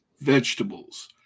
vegetables